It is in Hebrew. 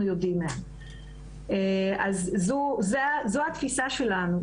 זו התפיסה שלנו.